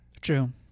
True